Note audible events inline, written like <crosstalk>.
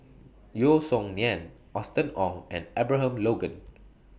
Yeo Song Nian Austen Ong and Abraham Logan <noise>